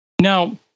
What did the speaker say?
Now